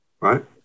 Right